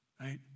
right